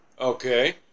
Okay